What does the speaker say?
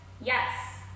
yes